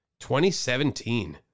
2017